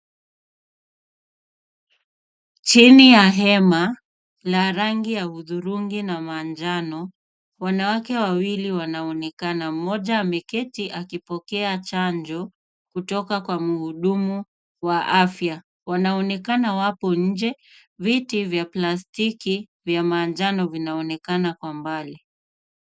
Chini ya hema la rangi ya udhurungi na manjano wanawake wawili wanaonekana mmoja ameketi akipokea chanjo kutoka kwa mhudumu wa afya. Wanaonekana wako viti vya plastiki vya manjano vinaonekana kwa umbali.